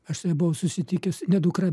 aš su ja buvau susitikęs ne dukra